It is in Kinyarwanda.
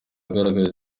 ahagaragara